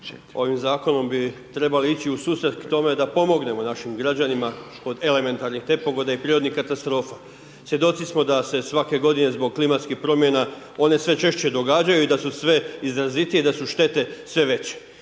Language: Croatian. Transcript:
ovim zakonom bi trebali ići u susret k tome da pomognemo našim građanima od elementarnih nepogoda i prirodnih katastrofa. Svjedoci smo da se svake godine zbog klimatskih promjena one sve češće događaju i sa su sve izrazitije i da su štete sve veće.